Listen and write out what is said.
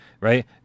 right